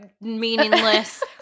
meaningless